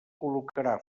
col·locarà